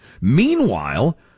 Meanwhile